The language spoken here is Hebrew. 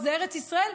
פה זה ארץ ישראל"